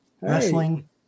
wrestling